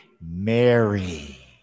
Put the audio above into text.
Mary